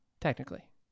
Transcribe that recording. technically